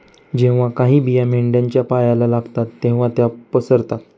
जेव्हा काही बिया मेंढ्यांच्या पायाला लागतात तेव्हा त्या पसरतात